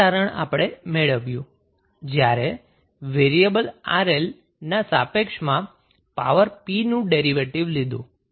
આ તારણ આપણે મેળવ્યું જ્યારે વેરીએબલ 𝑅𝐿 ના સાપેક્ષમાં પાવર p નું ડેરીવેટીવ લીધું